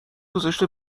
گذاشته